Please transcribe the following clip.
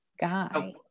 guy